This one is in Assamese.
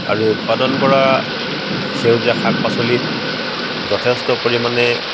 আৰু এই উৎপাদন কৰা সেউজীয়া শাক পাচলিত যথেষ্ট পৰিমাণে